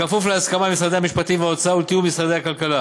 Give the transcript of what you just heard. בכפוף להסכמה עם משרדי המשפטים והאוצר ולתיאום עם משרד הכלכלה.